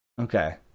okay